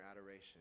adoration